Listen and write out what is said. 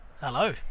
Hello